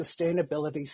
sustainability